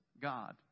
God